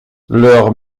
leurs